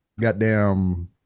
goddamn